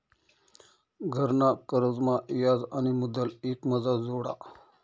घरना कर्जमा याज आणि मुदल एकमाझार जोडा